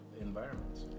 environments